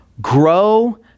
grow